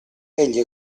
egli